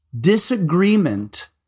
Disagreement